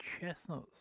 chestnuts